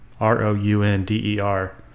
R-O-U-N-D-E-R